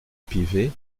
pivet